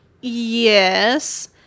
yes